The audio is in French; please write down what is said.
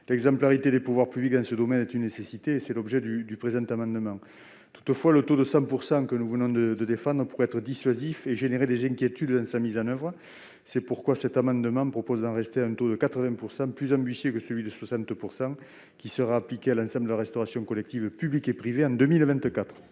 L'exemplarité des pouvoirs publics dans ce domaine est une nécessité. Tel est l'objet du présent amendement. Toutefois, le taux de 100 % que nous venons de défendre pourrait être dissuasif et générer des inquiétudes dans sa mise en oeuvre. C'est pourquoi cet amendement vise à proposer un taux de 80 %, plus ambitieux que celui de 60 % qui sera appliqué à l'ensemble de la restauration collective, publique et privée, en 2024.